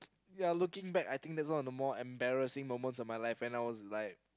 ya looking back I think that was one of the more embarrassing moments of my life and I was like